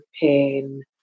pain